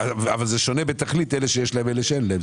אבל זה שונה בתכלית אלה שיש להם ואלה שאין להם,